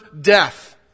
death